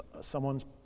someone's